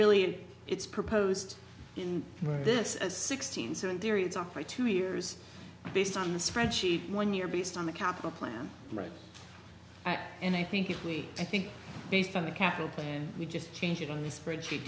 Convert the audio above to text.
really it's proposed in this as sixteen so in theory it's off for two years based on the spreadsheet when you're based on the capital plan right and i think if we i think based on the capital plan we just change it in the spreadsheet